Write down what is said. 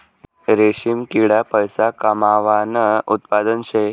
रेशीम किडा पैसा कमावानं उत्पादन शे